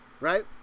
Right